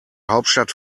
hauptstadt